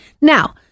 Now